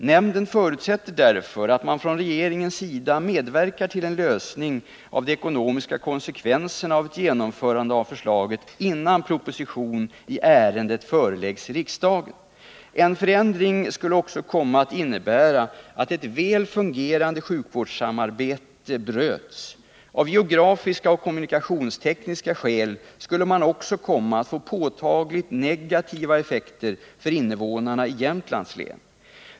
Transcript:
Nämnden förutsätter därför att man från regeringens sida medverkar till en lösning av de ekonomiska konsekvenserna av ett genomförande av förslaget innan proposition i ärendet förelägges riksdagen. En förändring skulle också komma att innebära att ett väl fungerande sjukvårdssamarbete bröts. Av geografiska och kommunikationstekniska skäl skulle man också komma att få påtagligt negativa effekter för invånarna i Jämtlands län.